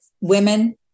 women